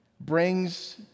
brings